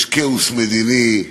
יש כאוס מדיני,